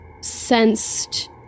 sensed